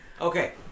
Okay